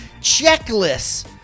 checklists